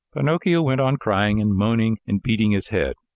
pinocchio went on crying and moaning and beating his head.